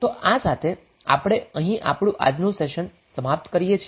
તો આ સાથે આપણે અહીં આપણુ આજનુ સેશન સમાપ્ત કરીએ છીએ